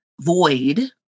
void